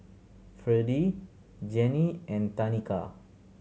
Fredie Janey and Tanika